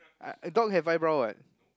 uh dog have eyebrow [what]